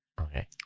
Okay